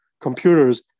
computers